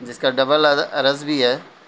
جس کا ڈبل عرض بھی ہے